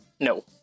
No